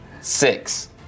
Six